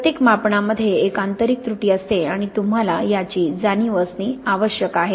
प्रत्येक मापनामध्ये एक आंतरिक त्रुटी असते आणि तुम्हाला याची जाणीव असणे आवश्यक आहे